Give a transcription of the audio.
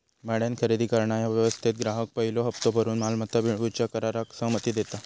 भाड्यान खरेदी करणा ह्या व्यवस्थेत ग्राहक पयलो हप्तो भरून मालमत्ता मिळवूच्या कराराक सहमती देता